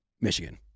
Michigan